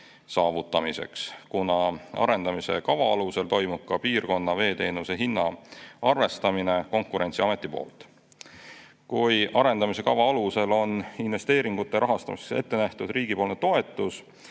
saavutamiseks, kuna arendamise kava alusel toimub ka piirkonna veeteenuse hinna arvestamine Konkurentsiametis. Kui arendamise kava alusel on investeeringute rahastamiseks ette nähtud riigi toetus,